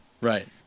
Right